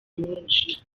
menshi